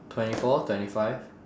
twenty four twenty five